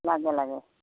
লাগে লাগে